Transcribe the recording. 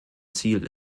ziel